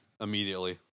immediately